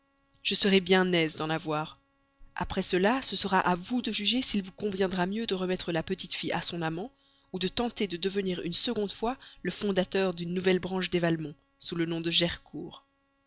je serai bien aise d'en avoir après cela ce sera à vous de juger s'il vous conviendra mieux de remettre la petite fille à son amant ou de tenter de devenir une seconde fois le fondateur d'une nouvelle branche des valmont sous le nom de